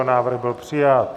Návrh byl přijat.